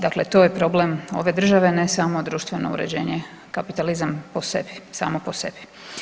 Dakle, to je problem ove države ne samo društveno uređenje kapitalizam samo po sebi.